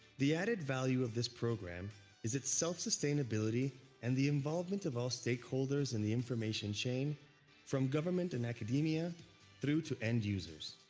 the added value of this program is self-sustainability and the involvement of all stakeholders in the information chain from government and academia through to end users.